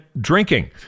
drinking